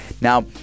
Now